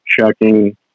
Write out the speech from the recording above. checking